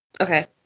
Okay